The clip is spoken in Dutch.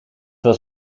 was